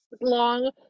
long